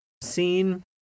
scene